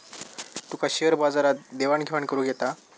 तुका share बाजारात देवाण घेवाण करुक येता?